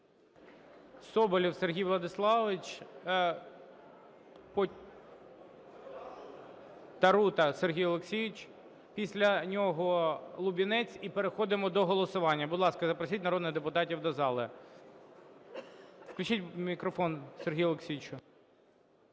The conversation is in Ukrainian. Соболєв Сергій Владиславович. Тарута Сергій Олексійович. Після нього Лубінець, і переходимо до голосування. Будь ласка, запросіть народних депутатів до зали. Включіть мікрофон Сергія Олексійовича.